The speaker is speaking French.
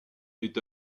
est